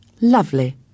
Lovely